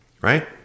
right